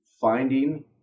finding